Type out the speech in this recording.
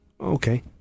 Okay